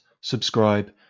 subscribe